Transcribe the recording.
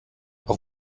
auf